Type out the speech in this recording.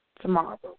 tomorrow